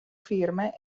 firme